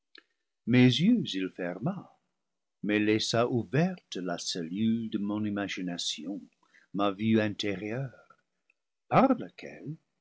mes yeux il ferma mais laissa ouverte la cellule de mon imagination ma vue intérieure par laquelle